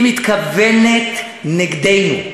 היא מתכוונת נגדנו.